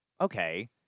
okay